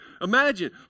imagine